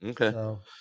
Okay